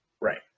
Right